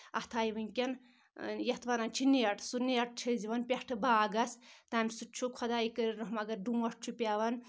اَتھ آیہِ وٕنکؠن یَتھ وَنان چھِ نیٹ سُہ نیٹ چھِ أسۍ دِوان پؠٹھٕ باغس تَمہِ سۭتۍ چھُ خۄدایہِ رَحم کٔرینۍ اگر ڈونٛٹھ چھُ پؠوان